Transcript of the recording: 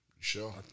Sure